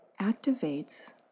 activates